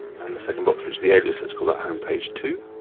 and the second box is the alias, let's call that homepage too.